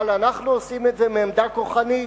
אבל אנחנו עושים את זה מעמדה כוחנית,